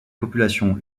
populations